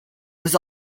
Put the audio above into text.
was